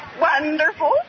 Wonderful